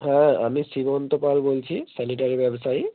হ্যাঁ আমি শ্রীমন্ত পাল বলছি স্যানিটারি ব্যবসায়ী